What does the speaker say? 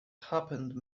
happened